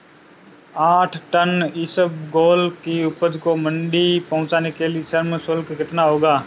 आठ टन इसबगोल की उपज को मंडी पहुंचाने के लिए श्रम शुल्क कितना होगा?